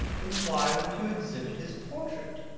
then why won't you exhibit his portrait?